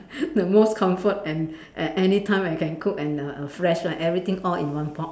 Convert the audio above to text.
the most comfort and and anytime I can cook and err err fresh lah everything all in one pot